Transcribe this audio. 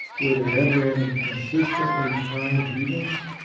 were there ever any consistently kind heathens?